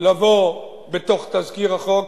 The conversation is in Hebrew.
לבוא בתוך תזכיר החוק,